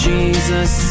Jesus